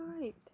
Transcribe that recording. Right